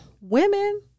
women